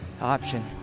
option